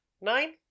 Nine